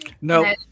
No